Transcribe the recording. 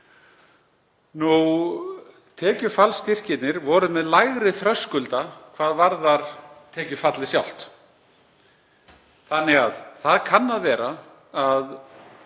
Tekjufallsstyrkirnir voru með lægri þröskulda hvað varðar tekjufallið sjálft þannig að það kann að vera að